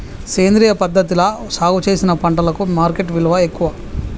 సేంద్రియ పద్ధతిలా సాగు చేసిన పంటలకు మార్కెట్ విలువ ఎక్కువ